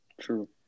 True